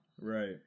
right